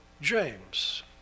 James